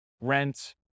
rent